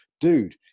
dude